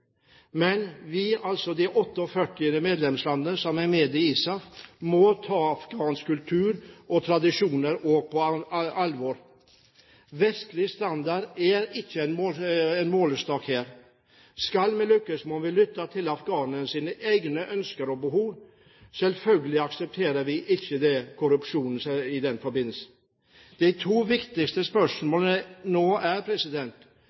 Men vi, altså de 48 medlemslandene som er med i ISAF, må ta afghansk kultur og tradisjoner på alvor. Vestlig standard er ikke en målestokk her. Skal vi lykkes, må vi lytte til afghanernes egne ønsker og behov. Selvfølgelig aksepterer vi ikke korrupsjon i den forbindelse. De to viktigste spørsmålene nå er: